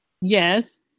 yes